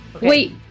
Wait